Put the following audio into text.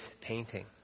painting